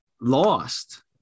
lost